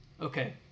Okay